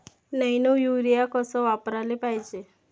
Nano urea कस वापराले पायजे?